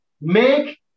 make